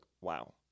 wow